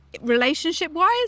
relationship-wise